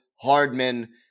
Hardman